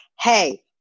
hey